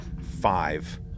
five